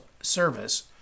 Service